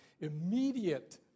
immediate